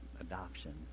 adoption